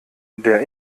der